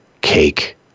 cake